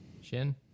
Shin